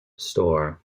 store